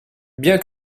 bien